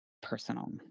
personal